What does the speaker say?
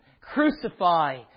Crucify